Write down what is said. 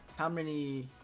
many